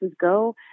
go